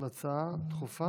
זו הצעה דחופה?